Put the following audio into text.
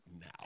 now